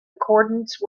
accordance